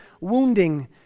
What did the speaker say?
wounding